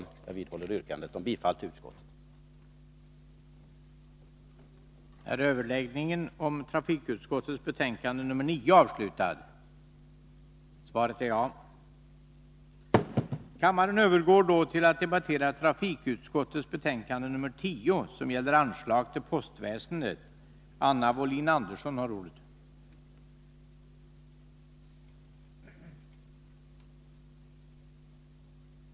Jag vidhåller mitt tidigare yrkande om bifall till utskottets hemställan.